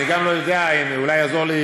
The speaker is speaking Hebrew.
אני גם לא יודע, אולי יעזור לי